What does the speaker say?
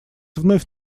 вновь